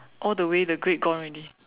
all the way the grade gone already